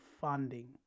funding